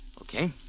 Okay